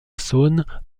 saône